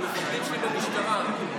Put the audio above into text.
המפקדים שלי במשטרה,